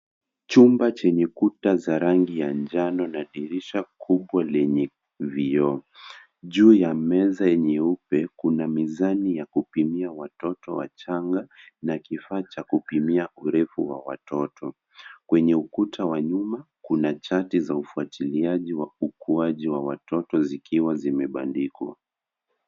Chumba zenye Kuta za rangi ya njano na dirisha kubwa lenye vioo. Juu ya meza meupe kuna mizani cha kupimia watoto wachanga na kifaa cha kupimia urefu wa watoto. Kwenye ukuta wa nyuma kuna chati za ufuatiliaji wa ukuaji wa wototo zikiwa zimepandikwa.